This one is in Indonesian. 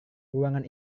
ruangan